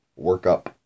workup